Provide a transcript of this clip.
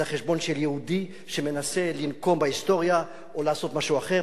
זה החשבון של יהודי שמנסה לנקום בהיסטוריה או לעשות משהו אחר.